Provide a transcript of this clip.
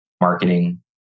marketing